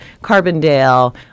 Carbondale